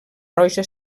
roja